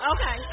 Okay